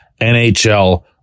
NHL